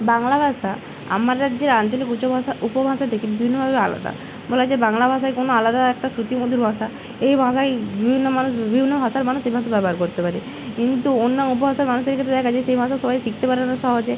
বাংলা ভাষা আমার রাজ্যের আঞ্চলিক উচভাষা উপভাষা থেকে বিভিন্নভাবে আলাদা বলা যায় বাংলা ভাষা এখনও আলাদা একটা শ্রুতি মধুর ভাষা এই ভাষায় বিভিন্ন মানুষ বিভিন্ন ভাষার মানুষ যেখানে খুশি ব্যবহার করতে পারে কিন্তু অন্য উপভাষার মানুষের ক্ষেত্রে দেখা যায় সেই ভাষা সবাই শিখতে পারে না সহজে